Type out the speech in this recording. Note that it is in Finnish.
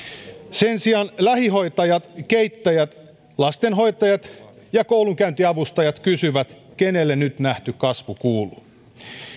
sen sijaan lähihoitajat keittäjät lastenhoitajat ja koulunkäyntiavustajat kysyvät kenelle nyt nähty kasvu kuuluu